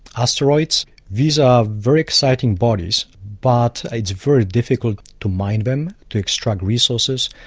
asteroids, these are very exciting bodies, but it's very difficult to mine them, to extract resources,